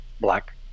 black